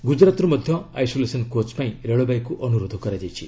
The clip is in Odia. ଗୁଜରାତରୁ ମଧ୍ୟ ଆଇସୋଲେସନ୍ କୋଚ୍ ପାଇଁ ରେଳବାଇକୁ ଅନୁରୋଧ କରାଯାଇଛି